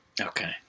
Okay